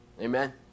Amen